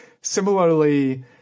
Similarly